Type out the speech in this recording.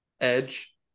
edge